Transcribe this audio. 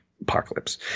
apocalypse